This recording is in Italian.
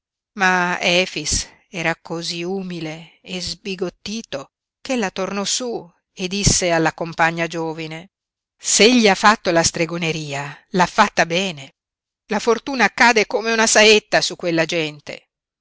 ma efix era cosí umile e sbigottito ch'ella tornò su e disse alla compagna giovine s'egli ha fatto la stregoneria l'ha fatta bene la fortuna cade come una saetta su quella gente